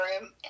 room